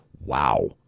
Wow